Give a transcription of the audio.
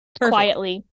quietly